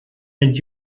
mit